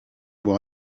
avoir